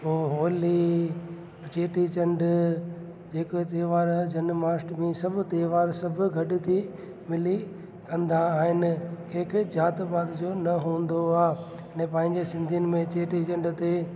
हो होली चेटी चंड जेको त्योहारु जनमाष्टमी सभु त्योहार सभु गॾु थी मिली कंदा आहिनि कंहिंखे ज़ाति वात जो न हूंदो आहे अने पंहिंजे सिंधियुनि में चेटी चंड ते